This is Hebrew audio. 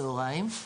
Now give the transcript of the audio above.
בצהריים.